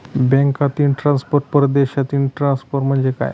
बँकांतील ट्रान्सफर, परदेशातील ट्रान्सफर म्हणजे काय?